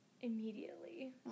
immediately